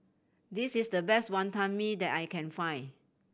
this is the best Wantan Mee that I can find